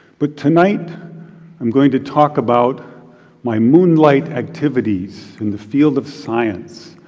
but tonight i'm going to talk about my moonlight activities in the field of science.